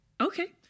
Okay